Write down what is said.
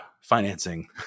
financing